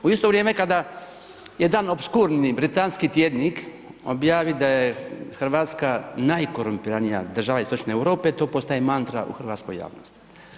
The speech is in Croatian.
U isto vrijeme kada jedan opskurni britanski tjednik objavi da je Hrvatska najkorumpiranija država Istočne Europe to postaje mantra u hrvatskoj javnosti.